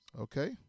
Okay